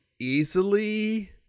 easily